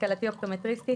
בהשכלתי אופטמיטריסטית.